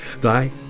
Thy